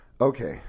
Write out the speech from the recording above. Okay